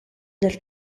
del